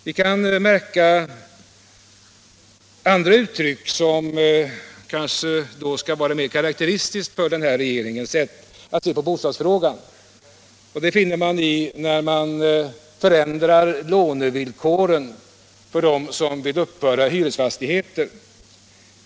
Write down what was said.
Vi kan märka andra uttryck som kanske är mer karakteristiska för den nya regeringens sätt att se på bostadsfrågan, t.ex. när man förändrar lånevillkoren för dem som vill uppföra hyresfastigheter.